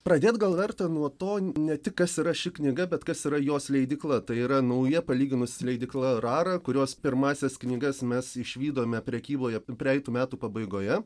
pradėt gal verta nuo to ne tik kas yra ši knyga bet kas yra jos leidykla tai yra nauja palyginus leidykla rara kurios pirmąsias knygas mes išvydome prekyboje praeitų metų pabaigoje